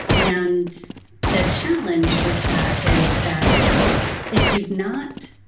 and the challenge with that is that if you've not